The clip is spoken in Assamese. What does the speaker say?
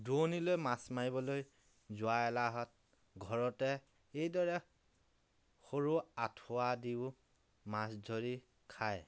দূৰণিলৈ মাছ মাৰিবলৈ যোৱা এলাহত ঘৰতে এইদৰে সৰু আঁঠুৱা দিওঁ মাছ ধৰি খায়